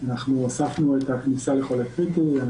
אנחנו הוספנו את הכניסה לחולים קריטיים,